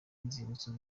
inzibutso